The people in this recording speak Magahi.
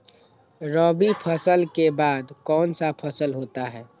रवि फसल के बाद कौन सा फसल होता है?